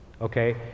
okay